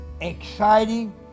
Exciting